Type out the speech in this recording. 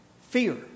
Fear